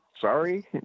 Sorry